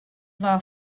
war